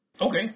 Okay